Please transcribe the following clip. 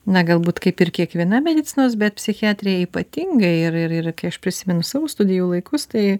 na galbūt kaip ir kiekviena medicinos bet psichiatrija ypatingai ir ir ir kai aš prisimenu savo studijų laikus tai